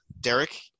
Derek